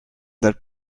that